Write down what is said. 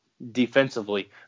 defensively